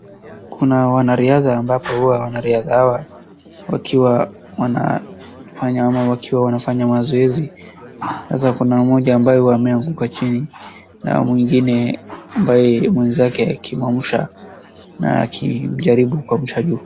Kuna wanariadha ambapo huwa wanariadha hawa wakiwa wanafanya ama wakiwa wanafanya mazoezi. Sasa kuna mmoja ambaye hua ameanguka chini na mwingine ambaye mwenzake akimwamsha na akijaribu kumuamsha juu.